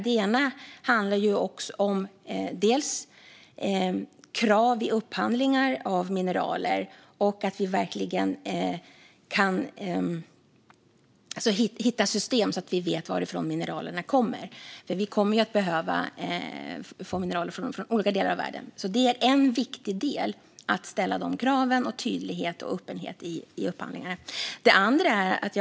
Det ena handlar om krav vid upphandlingar av mineral och om att hitta system så att vi vet varifrån mineralen kommer. Vi kommer att behöva mineral från olika delar av världen. Det är en viktig del att ställa sådana krav och att ha tydlighet och öppenhet vid upphandlingar. Det andra är gruvor i Sverige.